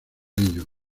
ello